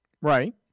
Right